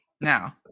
Now